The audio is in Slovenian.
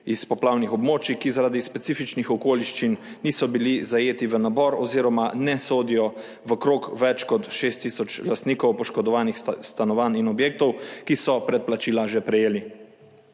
iz poplavnih območij, ki zaradi specifičnih okoliščin niso bili zajeti v nabor oziroma ne sodijo v krog več kot 6000 lastnikov poškodovanih stanovanj in objektov, ki so predplačila že prejeli